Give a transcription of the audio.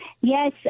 Yes